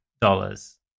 dollars